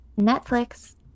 netflix